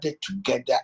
together